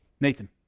Nathan